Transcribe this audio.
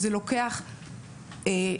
זה לוקח חודשים,